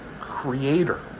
creator